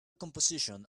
composition